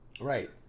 Right